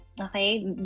okay